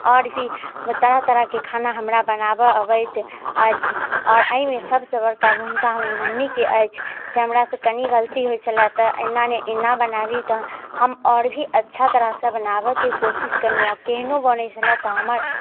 आओर भी तरह तरहके खाना हमरा बनाबऽ अबैत अछि आओर अइमे सबसँ बड़का भूमिका हमर मम्मीके अछि जे हमरासँ कनी गलती होइ छलै तऽ एना नहि एना बनबही तऽ हम आओर भी अच्छा तरहसँ बनाबऽके कोशिश केलहुँ आओर केहनो बनै छलै तऽ हमर